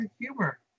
humor